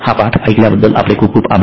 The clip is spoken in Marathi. हा पाठ ऐकल्याबद्दल आपले खूप खूप आभार